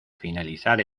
finalizar